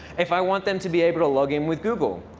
if i want them to be able to log in with google,